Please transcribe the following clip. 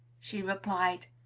she replied,